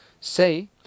say